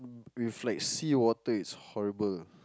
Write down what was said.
with like sea water it's horrible